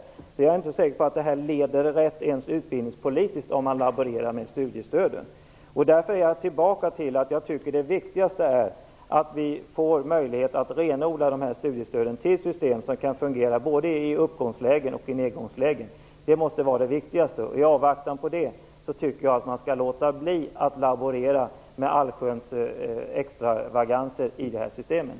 Jag är alltså inte säker på att det leder rätt ens utbildningspolitiskt om man laborerar med studiestöden. Jag kommer då tillbaka till att det viktigaste är att vi får möjlighet att renodla studiestöden till system som kan fungera både i uppgångslägen och i nedgångslägen. Det måste vara det viktigaste. I avvaktan på det tycker jag att man skall låta bli att laborera med allsköns extravaganser i det här systemet.